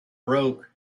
broke